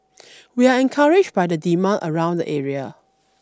we are encouraged by the demand around the area